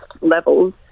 levels